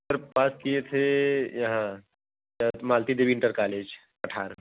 sir पास किए थे यहाँ मालती देवी इंटर कॉलेज पटहार